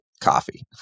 coffee